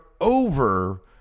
over